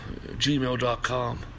gmail.com